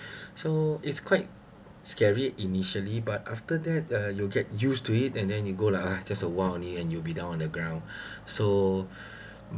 so it's quite scary initially but after that uh you get used to it and then you go lah just a while only and you'll be down on the ground so